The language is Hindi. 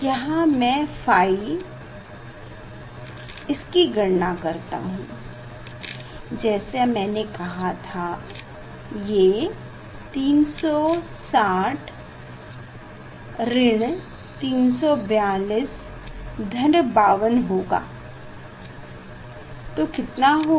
यहाँ मै ϕ इसकी गणना करता हूँ जैसा मैने कहा था ये 52 होगा तो कितना हो गया